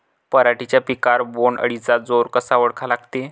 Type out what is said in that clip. पराटीच्या पिकावर बोण्ड अळीचा जोर कसा ओळखा लागते?